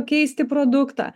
keisti produktą